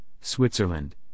Switzerland